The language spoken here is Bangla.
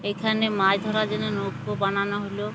এখানে মাছ ধরার জন্য নৌকা বানানো হলো